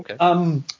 okay